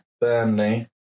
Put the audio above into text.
Burnley